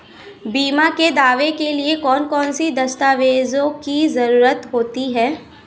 बीमा के दावे के लिए कौन कौन सी दस्तावेजों की जरूरत होती है?